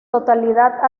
totalidad